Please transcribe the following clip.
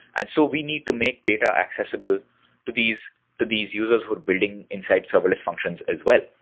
and so we need to make data accessible to these to these users who're building inside serverless functions as well,